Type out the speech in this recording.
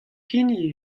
hini